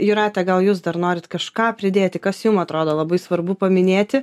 jūratę gal jūs dar norite kažką pridėti kas jum atrodo labai svarbu paminėti